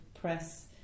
press